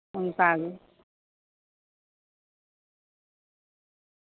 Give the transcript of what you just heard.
ᱚᱱᱠᱟ ᱜᱮ